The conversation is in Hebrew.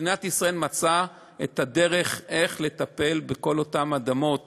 מדינת ישראל מצאה את הדרך לטפל בכל אותן אדמות